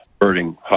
birding